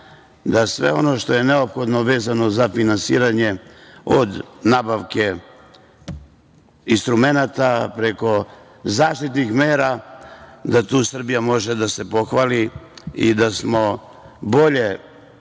da sve ono što je neophodno vezano za finansiranje, od nabavke instrumenata, preko zaštitnih mera, da tu Srbija može da se pohvali i da smo bolje